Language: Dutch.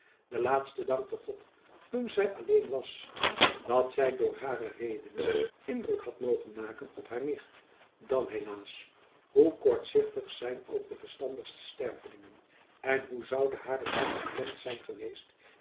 de laatste dankte god toen zy alleen was dat zy door hare redenen indruk had mogen maken op haar nicht dan helaas hoe kortzichtig zijn ook de verstandigste stervelingen en hoe zoude haar het hart beklemd zijn geweest